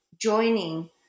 joining